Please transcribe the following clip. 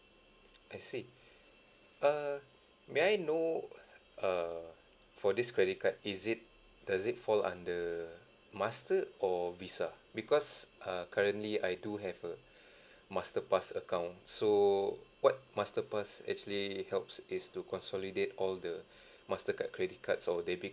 I see uh may I know uh for this credit card is it does it fall under master or visa because uh currently I do have a masterpass account so what masterpass actually helps is to consolidate all the mastercard credit cards or debit